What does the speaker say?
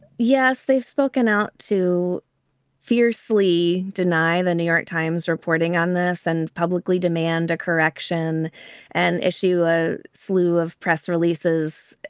yes, they've spoken out to fiercely deny the new york times reporting on this and publicly demand a correction and issue a slew of press releases,